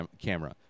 camera